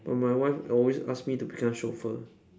but my wife always ask me to become chauffeur